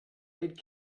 aid